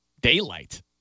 daylight